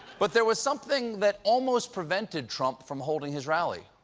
but there's something that almost prevented trump from holding his rally.